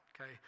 okay